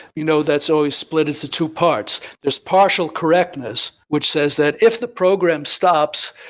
you know that's always split into two parts. there's partial correctness, which says that if the program stops,